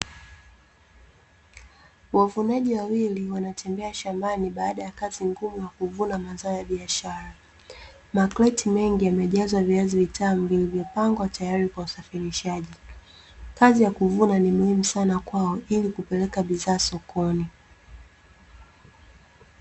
Wavunaji wawili wanatembea shambani baada ya kazi ngumu ya kuvuna mazao ya biashara ,makreti mengi yamejazwa viazi vitamu vilivyopangwa tayari kwa usafirishaji, kazi ya kuvuna ni muhimu sana kwao ili kupeleka bidhaa sokoni.